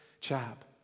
chap